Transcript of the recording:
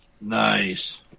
Nice